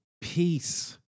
Peace